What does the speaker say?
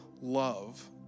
love